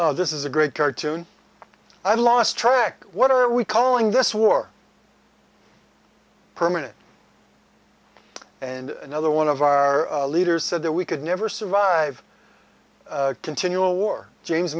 this is a great cartoon i lost track what are we calling this war per minute and another one of our leaders said that we could never survive continual war james